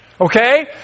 Okay